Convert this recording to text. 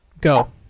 go